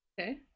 Okay